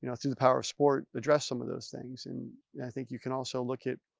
you know through the power of sport address some of those things. and yeah i think you can also look at